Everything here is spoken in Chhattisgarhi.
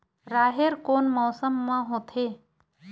राहेर कोन मौसम मा होथे?